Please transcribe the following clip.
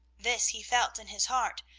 this he felt in his heart,